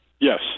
yes